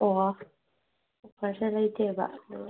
ꯑꯣ ꯑꯣꯐꯔ ꯂꯩꯇꯦꯕ